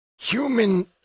human